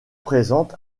présente